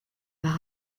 par